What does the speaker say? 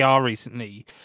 recently